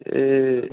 ए